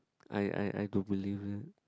I I I don't believe that